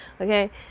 Okay